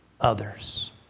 others